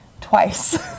twice